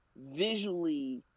visually